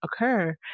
occur